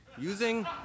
using